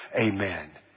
amen